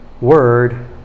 word